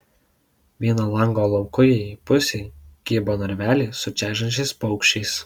vieno lango laukujėj pusėj kybo narveliai su čežančiais paukščiais